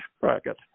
bracket